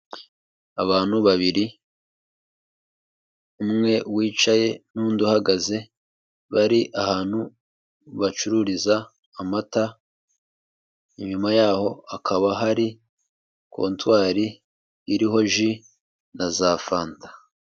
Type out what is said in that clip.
Abantu babiri umwe wicaye n'undi uhagaze bari ahantu bacururiza amata, inyuma yaho hakaba hari kotwari iriho ji na za fanta.